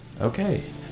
okay